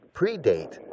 predate